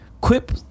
Quip